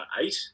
eight